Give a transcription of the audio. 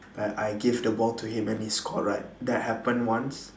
like I give the ball to him and he scored right that happened once